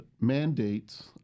mandates